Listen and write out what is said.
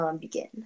begin